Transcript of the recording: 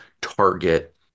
target